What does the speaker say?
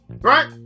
Right